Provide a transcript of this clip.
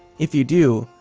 if you do,